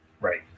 right